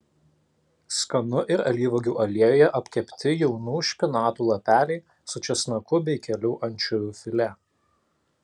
skanu ir alyvuogių aliejuje apkepti jaunų špinatų lapeliai su česnaku bei kelių ančiuvių filė